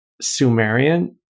Sumerian